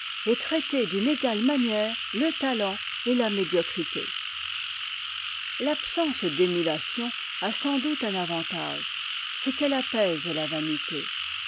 et traiter d'une égale manière le talent et la médiocrité l'absence d'émulation a sans doute un avantage c'est qu'elle apaise ta vanité